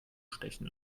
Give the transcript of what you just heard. stechen